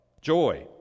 joy